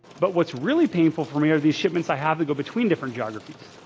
but what's really painful for me are these shipments i have to go between different geographies.